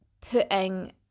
putting